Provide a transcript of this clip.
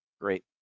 Great